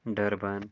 ڈربر